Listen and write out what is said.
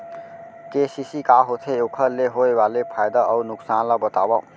KCC का होथे, ओखर ले होय वाले फायदा अऊ नुकसान ला बतावव?